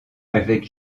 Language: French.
avec